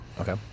Okay